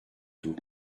tôt